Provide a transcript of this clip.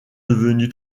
devenue